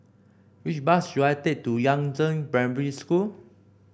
which bus should I take to Yangzheng Primary School